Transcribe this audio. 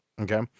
Okay